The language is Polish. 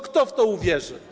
Kto w to uwierzy?